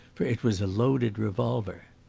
for it was a loaded revolver.